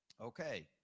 Okay